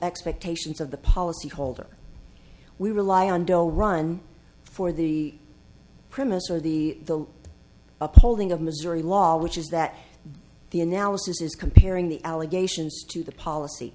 expectations of the policyholder we rely on doe run for the premise or the the upholding of missouri law which is that the analysis is comparing the allegations to the policy